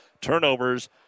Turnovers